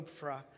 Ophrah